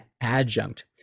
adjunct